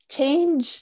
Change